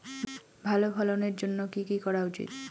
ভালো ফলনের জন্য কি কি করা উচিৎ?